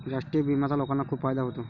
राष्ट्रीय विम्याचा लोकांना खूप फायदा होतो